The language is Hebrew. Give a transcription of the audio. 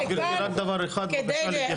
גברתי, רק דבר אחד, בבקשה להתייחס לסעיף 16(ב).